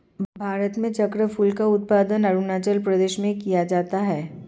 भारत में चक्रफूल का उत्पादन अरूणाचल प्रदेश में किया जाता है